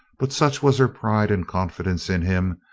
but such was her pride and confidence in him,